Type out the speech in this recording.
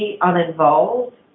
uninvolved